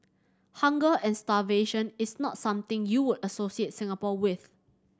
hunger and starvation is not something you would associate Singapore with